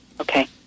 Okay